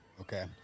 Okay